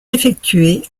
effectués